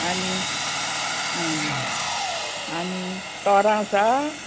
आनी आं आनी तोरां आसा